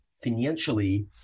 financially